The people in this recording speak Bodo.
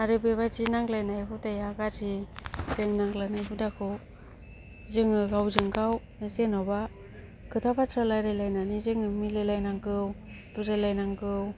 आरो बेबायदि नांज्लायनाय हुदाया गाज्रि जों नांज्लायनाय हुदाखौ जोङो गावजोंगाव जेनेबा खोथा बाथ्रा रायज्लायलायनानै जोङो मिलायलायनांगौ बुजायलायनांगौ